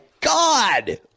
God